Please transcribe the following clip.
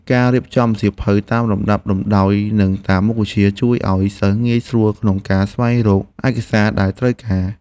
ការរៀបចំសៀវភៅតាមលំដាប់លំដោយនិងតាមមុខវិជ្ជា ជួយឱ្យសិស្សងាយស្រួលក្នុងការស្វែងរកឯកសារដែលត្រូវការ។